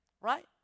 Right